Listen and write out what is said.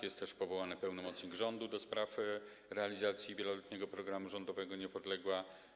Jest też powołany pełnomocnik rządu do spraw realizacji wieloletniego programu rządowego „Niepodległa”